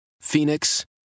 Phoenix